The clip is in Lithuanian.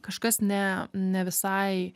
kažkas ne ne visai